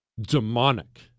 demonic